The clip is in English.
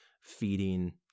feeding